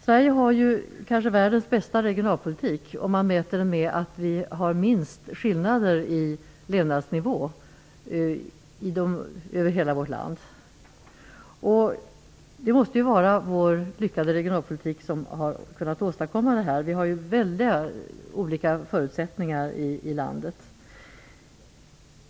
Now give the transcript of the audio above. Sverige har kanske världens bästa regionalpolitik, om man ser till att vi har de minsta skillnaderna i levnadsnivå över landet som helhet. Det måste vara vår lyckade regionalpolitik som har kunnat åstadkomma detta. Förutsättningarna i vårt land är väldigt skiftande.